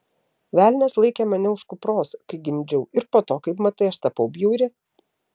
velnias laikė mane už kupros kai gimdžiau ir po to kaip matai aš tapau bjauri